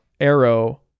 arrow